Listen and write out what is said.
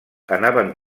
anaven